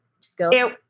skills